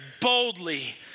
boldly